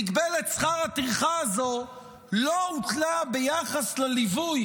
מגבלת שכר הטרחה הזו לא הוטלה ביחס לליווי